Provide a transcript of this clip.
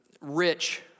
Rich